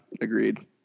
agreed